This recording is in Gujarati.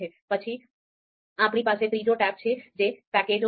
પછી આપણી પાસે ત્રીજો ટેબ છે જે 'પેકેજો' છે